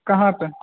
कहाँ तक